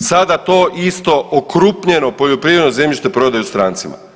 sada to isto okrupnjeno poljoprivredno zemljište prodaju strancima.